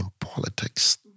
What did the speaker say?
politics